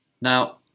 Now